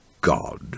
God